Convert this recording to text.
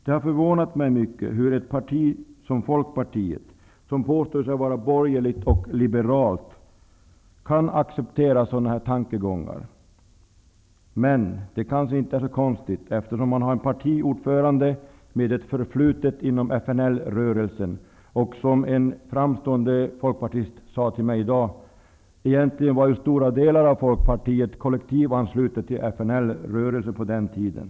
Det har förvånat mig mycket hur ett parti som Folkpartiet, som påstår sig vara borgerligt och liberalt, kan acceptera sådana här tankegångar. Men det kanske inte är så konstigt, eftersom man har en partiordförande med ett förflutet inom FNL rörelsen. En framstående folkpartist sade till mig i dag: Egentligen var stora delar av Folkpartiet kollektivanslutet till FNL-rörelsen på den tiden.